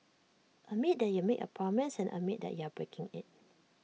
admit that you made A promise and admit that you are breaking IT